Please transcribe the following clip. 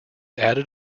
added